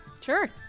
Sure